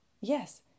Yes